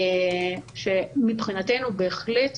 שמבחינתנו בהחלט,